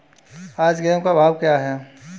आज गेहूँ का भाव क्या है?